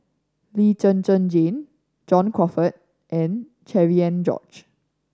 Lee Zhen Zhen Jane John Crawfurd and Cherian George